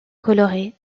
colorés